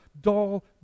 dull